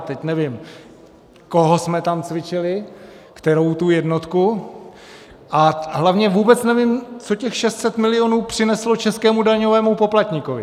Teď nevím koho jsme tam cvičili, kterou tu jednotku, a hlavně vůbec nevím, co těch 600 milionů přineslo českému daňovému poplatníkovi.